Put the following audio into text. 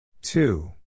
Two